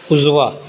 उजवा